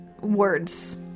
words